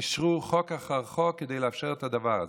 אישרו חוק אחר חוק כדי לאפשר את הדבר הזה,